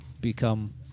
become